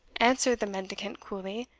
answered the mendicant, coolly,